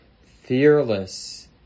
fearless